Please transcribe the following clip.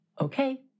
Okay